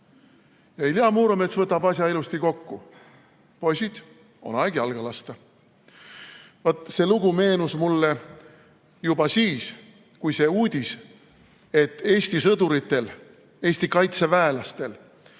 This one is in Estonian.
Ilja Muromets võtab asja ilusti kokku: "Poisid, on aeg jalga lasta." Vaat see lugu meenus mulle juba siis, kui tuli uudis, et Eesti sõduritel, Eesti kaitseväelastel